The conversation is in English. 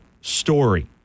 story